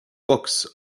books